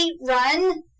run